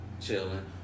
chilling